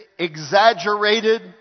exaggerated